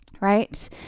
right